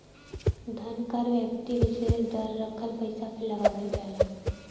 धन कर व्यक्ति विसेस द्वारा रखल पइसा पे लगावल जाला